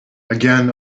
again